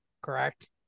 correct